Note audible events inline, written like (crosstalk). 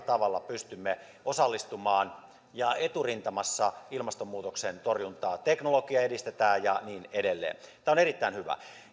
(unintelligible) tavalla pystymme osallistumaan eturintamassa ilmastonmuutoksen torjuntaan teknologiaa edistetään ja niin edelleen tämä on erittäin hyvä